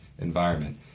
environment